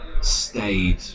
stayed